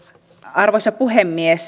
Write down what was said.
arvoisa puhemies